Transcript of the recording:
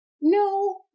No